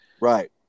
right